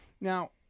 Now